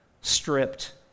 stripped